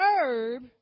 herb